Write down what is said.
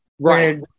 right